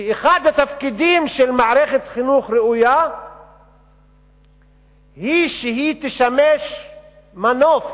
כי אחד התפקידים של מערכת חינוך ראויה הוא שהיא תשמש מנוף